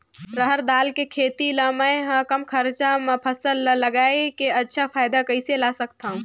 रहर दाल के खेती ला मै ह कम खरचा मा फसल ला लगई के अच्छा फायदा कइसे ला सकथव?